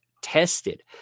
tested